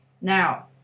Now